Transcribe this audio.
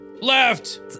Left